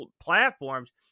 platforms